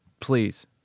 please